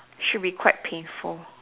should be quite painful